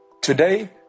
Today